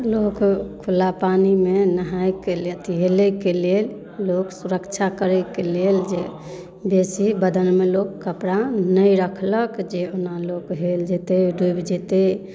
लोक खुला पानिमे नहाइके ले अथी हेलैके लेल लोक सुरक्षा करैके लेल जे बेसी बदनमे लोक कपड़ा नहि रखलक जे ओना लोक हेल जेतै डुबि जेतै